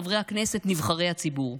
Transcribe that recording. חברי הכנסת נבחרי הציבור,